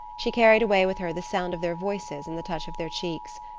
she carried away with her the sound of their voices and the touch of their cheeks.